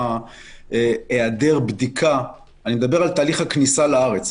אני מדבר על תהליך הכניסה לארץ.